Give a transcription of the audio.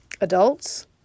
adults